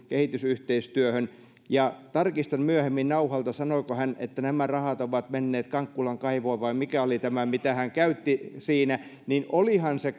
kehitysyhteistyöhön tarkistan myöhemmin nauhalta sanoiko hän että nämä rahat ovat menneet kankkulan kaivoon vai mikä oli tämä mitä hän käytti siinä mutta olihan se